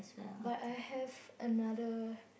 but I have another